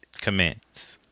commence